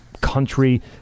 country